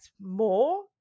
more